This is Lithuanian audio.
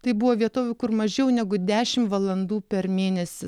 tai buvo vietovių kur mažiau negu dešim valandų per mėnesį